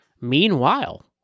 Meanwhile